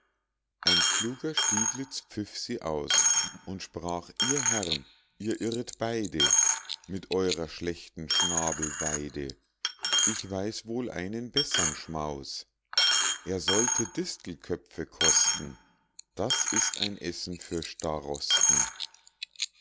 ein kluger stieglitz pfiff sie aus und sprach ihr herr'n ihr irret beide mit eurer schlechten schnabelweide ich weiß wohl einen bessern schmaus er sollte distelköpfe kosten das ist ein essen für